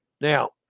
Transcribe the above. Now